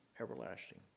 everlasting